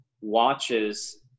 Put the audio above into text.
watches